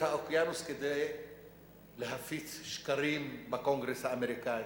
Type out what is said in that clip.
האוקינוס כדי להפיץ שקרים בקונגרס האמריקני.